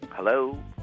Hello